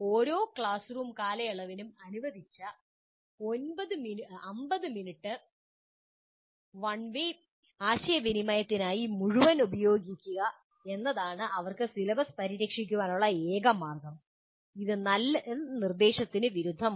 ഓരോ classroom കാലയളവിനും അനുവദിച്ച 50 മിനിറ്റ് വൺ വേ ആശയവിനിമയത്തിനായി മുഴുവൻ ഉപയോഗിക്കുക എന്നതാണ് അവർക്ക് സിലബസ് പരിരക്ഷിക്കാനുള്ള ഏക മാർഗം ഇത് നല്ല നിർദ്ദേശത്തിന് വിരുദ്ധമാണ്